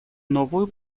новую